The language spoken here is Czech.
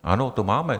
Ano, to máme.